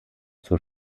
zur